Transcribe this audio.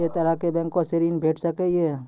ऐ तरहक बैंकोसऽ ॠण भेट सकै ये?